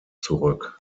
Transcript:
zurück